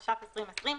התש"ף-2020,